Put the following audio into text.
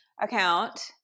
account